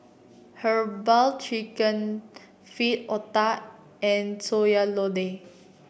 herbal chicken feet otah and Sayur Lodeh